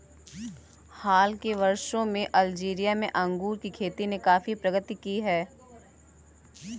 हाल के वर्षों में अल्जीरिया में अंगूर की खेती ने काफी प्रगति की है